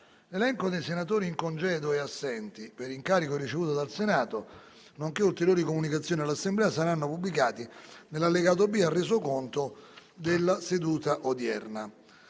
L'elenco dei senatori in congedo e assenti per incarico ricevuto dal Senato, nonché ulteriori comunicazioni all'Assemblea saranno pubblicati nell'allegato B al Resoconto della seduta odierna.